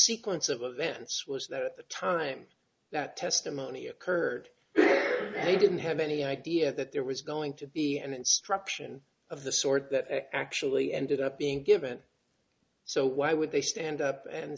sequence of events was that at the time that testimony occurred and he didn't have any idea that there was going to be an instruction of the sort actually ended up being given so why would they stand up and